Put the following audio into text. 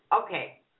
Okay